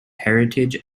heritage